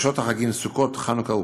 בחופשות החגים סוכות, חנוכה ופסח.